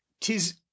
tis